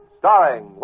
starring